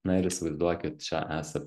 na ir įsivaizduokit čia esat